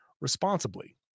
responsibly